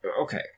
Okay